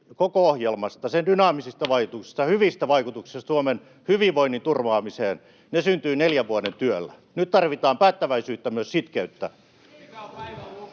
koko ohjelmasta, sen dynaamisista vaikutuksista, hyvistä vaikutuksista Suomen hyvinvoinnin turvaamiseen. Ne syntyvät neljän vuoden työllä. Nyt tarvitaan päättäväisyyttä, myös sitkeyttä.